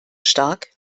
stark